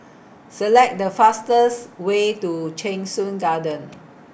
Select The fastest Way to Cheng Soon Garden